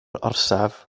orsaf